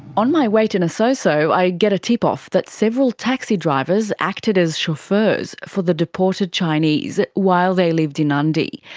on my way to nasoso i get a tip-off that several taxi drivers acted as chauffeurs for the deported chinese while they lived in nadi.